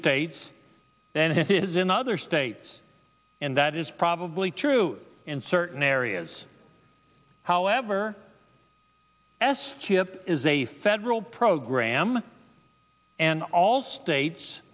states then it is in other states and that is probably true in certain areas however s chip is a federal program and all states